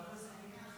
בעברית אין לך